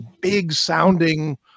big-sounding